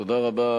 תודה רבה.